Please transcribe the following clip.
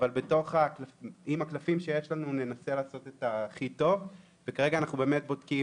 אבל עם הקלפים שיש לנו ננסה לעשות את הכי טוב וכרגע אנחנו בודקים